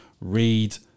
read